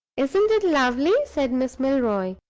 isn't it lovely? said miss milroy.